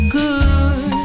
good